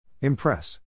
Impress